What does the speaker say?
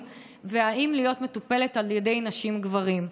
ואם להיות מטופלת על ידי נשים וגברים.